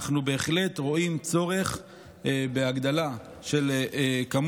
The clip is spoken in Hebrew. אנחנו בהחלט רואים צורך בהגדלה של מספר